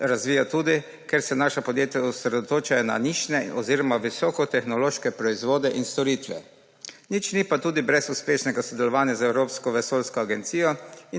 razvija tudi, ker se naša podjetja osredotočajo na nične oziroma visoko tehnološke proizvode in storitve. Nič ni pa tudi brez uspešnega sodelovanja z Evropsko vesoljsko agencijo